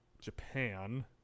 Japan